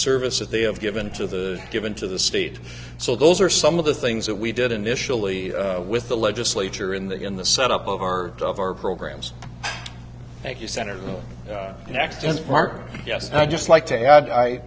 service that they have given to the given to the state so those are some of the things that we did initially with the legislature in the in the set up of our of our programs thank you senator x does mark yes i'd just like to